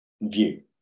view